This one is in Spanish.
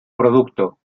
producto